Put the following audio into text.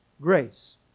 grace